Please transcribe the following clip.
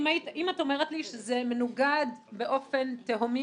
אם את אומרת לי שזה מנוגד באופן תהומי